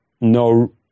no